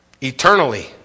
Eternally